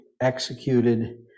executed